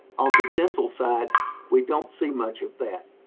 on the dental side we don't see much of that.